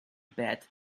bed